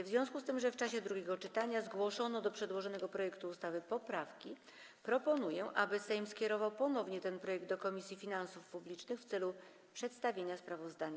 W związku z tym, że w czasie drugiego czytania zgłoszono do przedłożonego projektu ustawy poprawki, proponuję, aby Sejm skierował ponownie ten projekt do Komisji Finansów Publicznych w celu przedstawienia sprawozdania.